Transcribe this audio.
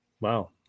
Wow